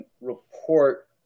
report